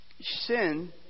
Sin